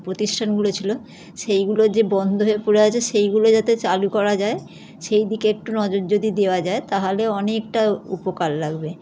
প্রতিষ্ঠানগুলো ছিলো সেইগুলো যে বন্ধ হয়ে পড়ে আছে সেইগুলো যাতে চালু করা যায় সেই দিকে একটু নজর যদি দেওয়া যায় তাহলে অনেকটা উপকার লাগবে